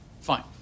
Fine